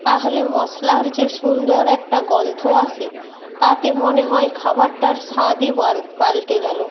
তাহলে মশলার যে সুন্দর একটা গন্ধ আসে তাতে মনে হয় খাবারটার স্বাদই পালটে গেলো